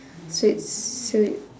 so it's so you